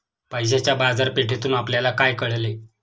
पैशाच्या बाजारपेठेतून आपल्याला काय कळले?